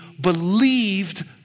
believed